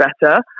better